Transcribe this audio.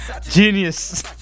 Genius